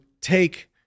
take